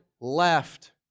left